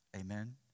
Amen